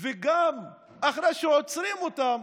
וגם אחרי שעוצרים אותם,